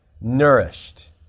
Nourished